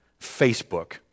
Facebook